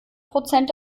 prozent